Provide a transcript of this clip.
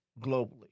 globally